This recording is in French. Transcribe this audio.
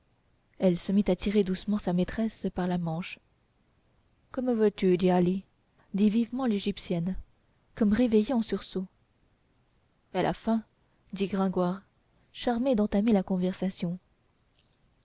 elle se mit à tirer doucement sa maîtresse par la manche que veux-tu djali dit vivement l'égyptienne comme réveillée en sursaut elle a faim dit gringoire charmé d'entamer la conversation